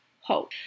hope